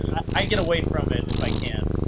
yeah i get away from it if i can.